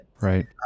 Right